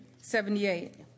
78